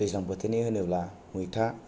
दैज्लां बोथोरनि होनोब्ला मैथा